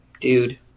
dude